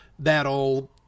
that'll